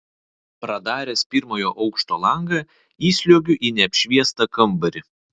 pradaręs pirmojo aukšto langą įsliuogiu į neapšviestą kambarį